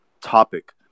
topic